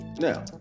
Now